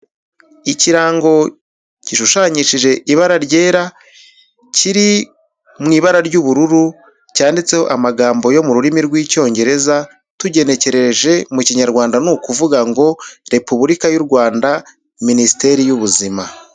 Ikirango gishushanyishije ibara ryera kiri mu ibara ry'ubururu cyanditseho amagambo yo mu rurimi rw'Icyongereza, tugenekereje mu Kinyarwanda ni ukuvuga ngo " Repubulika y'u Rwanda Minisiteri y'Ubuzima. ".